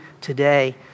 today